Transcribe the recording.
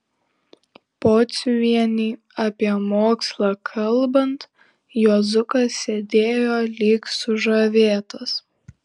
pociuvienei apie mokslą kalbant juozukas sėdėjo lyg sužavėtas